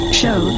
show